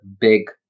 big